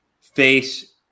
face